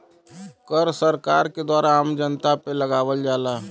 कर सरकार के द्वारा आम जनता पे लगावल जाला